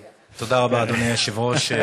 קורה, תודה רבה, אדוני היושב-ראש.